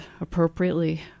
appropriately